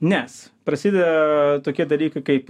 nes prasideda tokie dalykai kaip